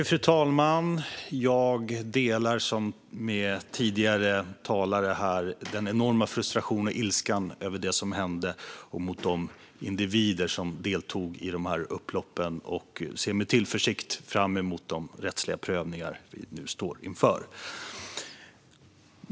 Fru talman! Jag delar med tidigare talare den enorma frustrationen och ilskan över det som hände och mot de individer som deltog i upploppen, och jag ser med tillförsikt fram emot de rättsliga prövningar vi nu står inför.